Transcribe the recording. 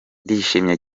ndishimye